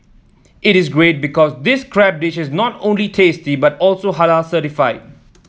it is great because this crab dish is not only tasty but also Halal certified